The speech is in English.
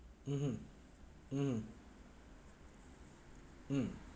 mmhmm mmhmm mm